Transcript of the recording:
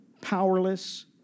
powerless